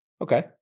Okay